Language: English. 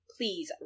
Please